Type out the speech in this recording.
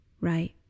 right